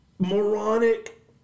Moronic